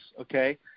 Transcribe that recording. okay